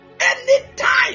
Anytime